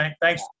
Thanks